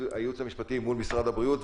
הייעוץ המשפטי מול משרד הבריאות,